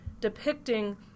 depicting